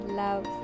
love